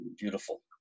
beautiful